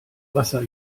wasser